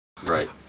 Right